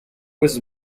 was